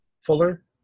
Fuller